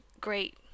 great